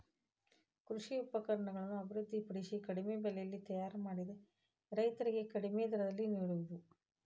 ಕೃಷಿ ಉಪಕರಣಗಳನ್ನು ಅಭಿವೃದ್ಧಿ ಪಡಿಸಿ ಕಡಿಮೆ ಬೆಲೆಯಲ್ಲಿ ತಯಾರ ಮಾಡಿ ರೈತರಿಗೆ ಕಡಿಮೆ ದರದಲ್ಲಿ ನಿಡುವುದು